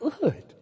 good